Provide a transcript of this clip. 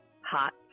hot